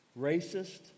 racist